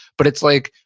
but it's like,